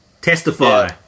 Testify